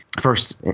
First